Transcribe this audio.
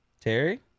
terry